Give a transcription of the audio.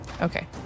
okay